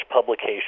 publication